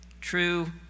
True